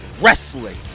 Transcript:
Wrestling